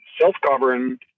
self-governed